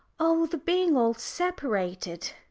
oh, the being all separated,